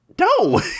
No